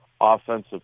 offensive